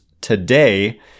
today